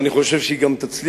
ואני חושב שהיא גם תצליח,